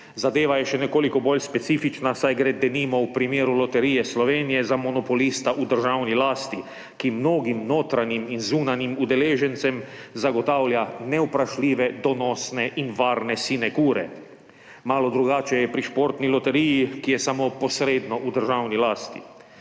Zadeva je še nekoliko bolj specifična, saj gre denimo v primeru Loterije Slovenije za monopolista v državni lasti, ki mnogim notranjim in zunanjim udeležencem zagotavlja nevprašljive donosne in varne sinekure. Malo drugače je pri Športni loteriji, ki je samo posredno v državni lasti.